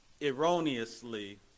erroneously